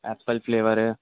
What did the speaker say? apple flavour ہے